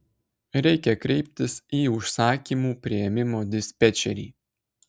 reikia kreiptis į užsakymų priėmimo dispečerį